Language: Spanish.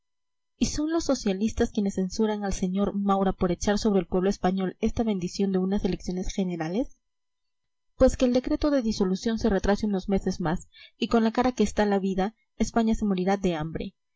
y son los socialistas quienes censuran al sr maura por echar sobre el pueblo español esta bendición de unas elecciones generales pues que el decreto de disolución se retrase unos meses más y con lo cara que está la vida españa se morirá de hambre